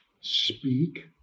Speak